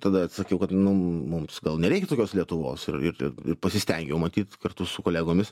tada atsakiau kad nu mums gal nereik tokios lietuvos ir ir ir pasistengiau matyt kartu su kolegomis